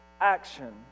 action